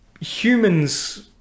humans